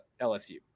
LSU